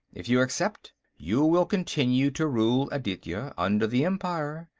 if you accept, you will continue to rule aditya under the empire.